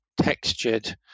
textured